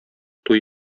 туй